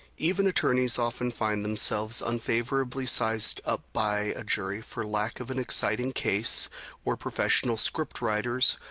even attorneys often find themselves unfavorably sized up by a jury for lack of an exciting case or professional script writers,